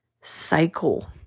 cycle